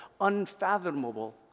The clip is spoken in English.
unfathomable